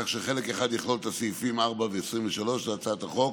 כך שחלק אחד יכלול את הסעיפים 4 ו-23 להצעת החוק,